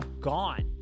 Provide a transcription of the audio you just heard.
gone